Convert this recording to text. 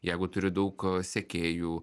jeigu turi daug sekėjų